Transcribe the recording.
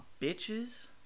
bitches